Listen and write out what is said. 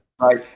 right